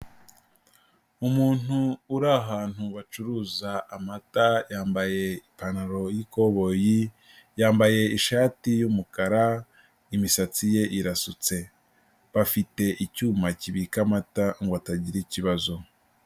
Umuntu uri ahantu bacuruza amata, yambaye ipantaro y'ikoboyi, yambaye ishati y'umukara imisatsi ye irasutse, bafite icyuma kibika amata ngo atagira ikibazo.